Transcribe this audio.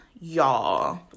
y'all